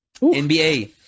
NBA